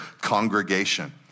congregation